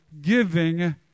giving